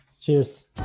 Cheers